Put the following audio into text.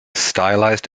stylized